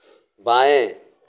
बाएं